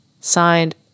signed